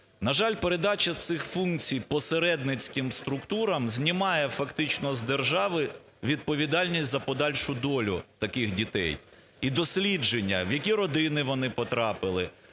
На жаль, передача цих функцій посередницьким структурам знімає фактично з держави відповідальність за подальшу долю таких дітей і дослідження, в які родини вони потрапили,